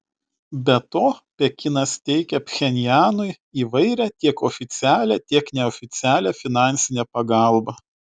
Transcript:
be to pekinas teikia pchenjanui įvairią tiek oficialią tiek neoficialią finansinę pagalbą